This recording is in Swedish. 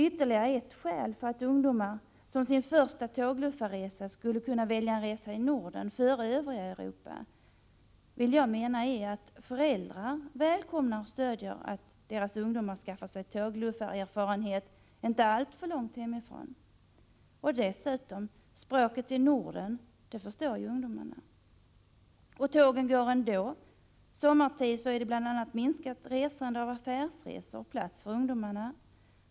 Ytterligare ett skäl för att ungdomar som sin första tågluffarresa skulle kunna välja att resa i Norden före det övriga Europa är, menar jag, att föräldrarna välkomnar och stödjer att deras ungdomar skaffar sig tågluffarerfarenhet inte alltför långt hemifrån. Dessutom: Språket i Norden förstås av ungdomarna. Tågen går ändå. Och sommartid är det ett minskat affärsresande och plats för ungdomarna.